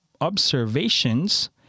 observations